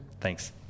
Thanks